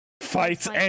Fights